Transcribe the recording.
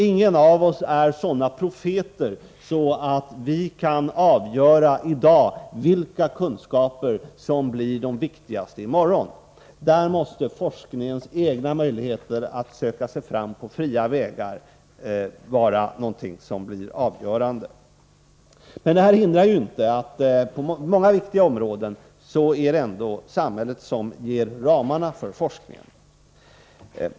Ingen av oss är någon profet som i dag kan avgöra vilka kunskaper som kommer att vara de viktigaste i morgon. I det avseendet måste forskningens egna möjligheter att söka sig fram på fria vägar vara avgörande. Men det hindrar inte att det är samhället som på många viktiga områden anger ramarna för forskningen.